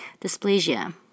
dysplasia